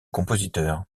compositeur